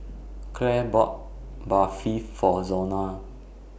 Clare bought Barfi For Zona